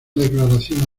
declaración